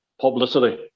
publicity